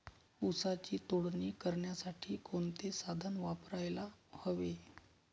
ऊसाची तोडणी करण्यासाठी कोणते साधन वापरायला हवे?